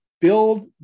build